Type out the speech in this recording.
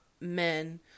men